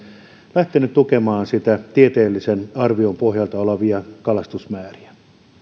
lähtenyt tukemaan tieteellisen arvion pohjalta olevia kalastusmääriä